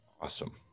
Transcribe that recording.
Awesome